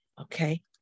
Okay